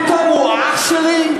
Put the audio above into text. פתאום הוא "אח שלי".